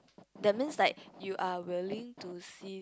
that means like you are willing to see